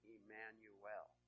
Emmanuel